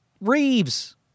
Reeves